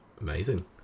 amazing